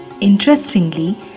Interestingly